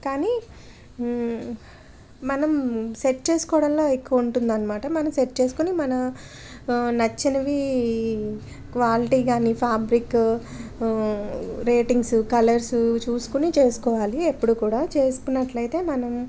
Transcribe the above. కానీ మనం సెట్ చేసుకోవడంలో ఎక్కువ ఉంటుంది అన్నమాట మనం సెట్ చేసుకుని మన నచ్చినవి క్వాలిటీ కానీ ఫ్యాబ్రిక్ రేటింగ్స్ కలర్స్ చూసుకుని చేసుకోవాలి ఎప్పుడు కూడా చేసుకున్నట్లయితే మనం